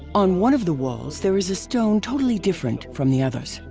on one of the walls there is a stone totally different from the others.